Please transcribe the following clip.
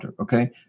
Okay